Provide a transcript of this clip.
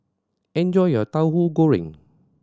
enjoy your Tauhu Goreng